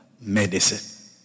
medicine